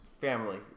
family